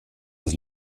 des